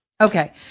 Okay